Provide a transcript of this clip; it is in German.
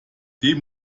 dem